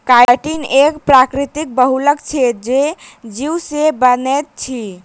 chitin एक प्राकृतिक बहुलक छै जे जीव से बनैत अछि